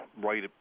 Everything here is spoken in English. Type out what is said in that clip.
right